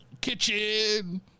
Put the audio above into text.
kitchen